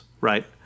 right